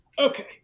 Okay